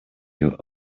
your